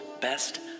best